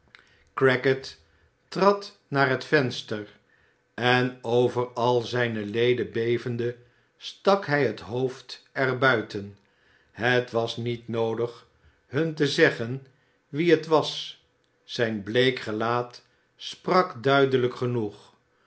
crackit trad naar het venster en over al zijne leden bevende stak hij het hoofd er buiten het was niet noodig hun te zeegen wie het was zijn bleek gelaat sprak duidelijk genoeg